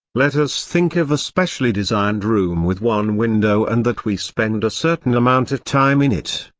let us think of a specially designed room with one window and that we spend a certain amount of time in it.